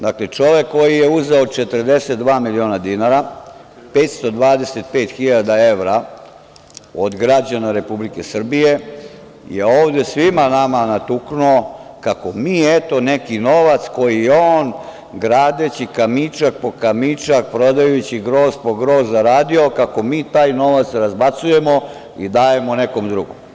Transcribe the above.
Dakle, čovek koji je uzeo 42 miliona dinara, 525 hiljada evra od građana Republike Srbije je ovde svima nama natuknuo kako mi eto neki novac koji je on gradeći kamičak po kamičak, prodajući grozd po grozd zaradio, kako mi taj novac razbacujemo i dajemo nekom drugom.